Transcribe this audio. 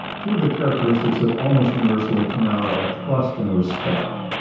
two of the characteristics that almost universally come out are trust and respect.